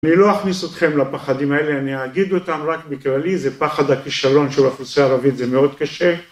אני לא אכניס אתכם לפחדים האלה, אני אגיד אותם רק בכללי, זה פחד הכישלון שבקבוצה הערבית זה מאוד קשה